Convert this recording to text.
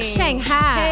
Shanghai